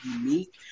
unique